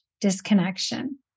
disconnection